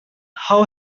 how